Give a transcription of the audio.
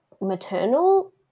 maternal